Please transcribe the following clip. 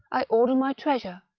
i order my treasurer,